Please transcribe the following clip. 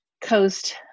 coast